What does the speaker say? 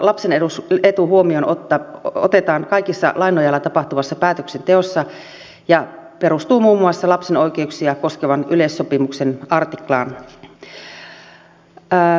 lapsen etu huomioon otetaan kaikessa lain nojalla tapahtuvassa päätöksenteossa ja perustuu muun muassa lapsen oikeuksia koskevan yleissopimuksen artiklaan